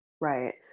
Right